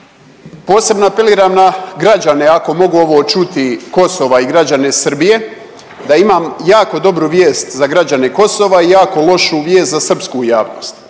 Posebno apeliram na građane ako mogu ovo čuti, Kosova i građane Srbije da imam jako dobru vijest za građane Kosova i jako lošu vijest za srpsku javnost.